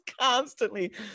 constantly